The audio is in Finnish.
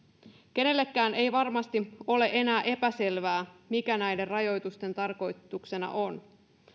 kenellekään ei varmasti ole enää epäselvää mikä näiden rajoitusten tarkoituksena on